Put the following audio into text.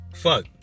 fuck